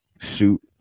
shoot